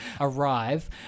arrive